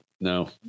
no